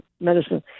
medicine